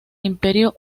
imperio